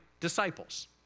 Disciples